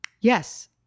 Yes